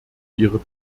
ihre